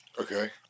Okay